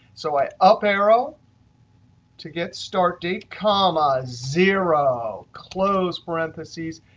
so i up arrow to get start date, comma, zero, close parentheses,